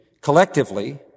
collectively